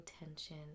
intention